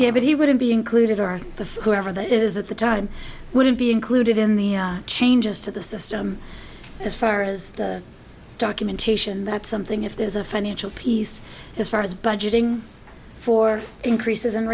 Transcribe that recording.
he wouldn't be included are the whoever that is at the time wouldn't be included in the changes to the system as far as the documentation that's something if there's a financial piece as far as budgeting for increases and